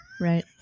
Right